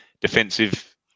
defensive